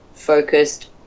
Focused